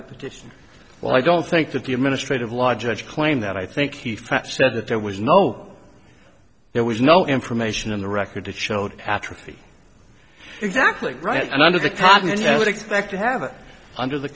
the petition well i don't think that the administrative law judge claim that i think he felt said that there was no there was no information in the record that showed atrophy exactly right and under the cabinet i would expect to have it under the